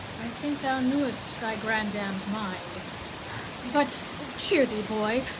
i think thou knew'st thy grandam's mind but cheer thee boy,